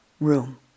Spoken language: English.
room